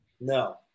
No